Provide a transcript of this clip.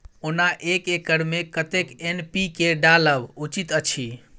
ओना एक एकर मे कतेक एन.पी.के डालब उचित अछि?